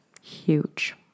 Huge